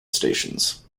stations